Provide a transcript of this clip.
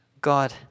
God